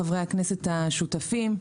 חברי הכנסת השותפים.